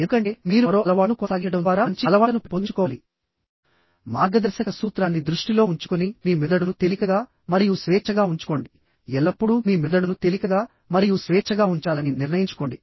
ఎందుకంటే మీరు మరో అలవాటును కొనసాగించడం ద్వారా మంచి అలవాట్లను పెంపొందించుకోవాలి మార్గదర్శక సూత్రాన్ని దృష్టిలో ఉంచుకుని మీ మెదడును తేలికగా మరియు స్వేచ్ఛగా ఉంచుకోండి ఎల్లప్పుడూ మీ మెదడును తేలికగా మరియు స్వేచ్ఛగా ఉంచాలని నిర్ణయించుకోండి